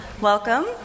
Welcome